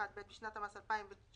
121ב בשנת המס 2018